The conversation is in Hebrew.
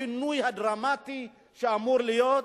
השינוי הדרמטי שאמור להיות,